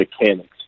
mechanics